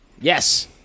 Yes